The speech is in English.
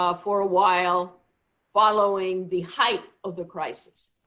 ah for a while following the height of the crisis.